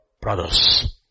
brothers